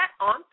on